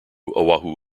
oahu